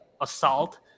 assault